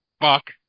fuck